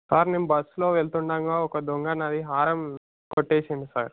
sir నేను బస్లో వెళ్తుండంగా ఒక దొంగ నాది హారం కొట్టేసిండు సార్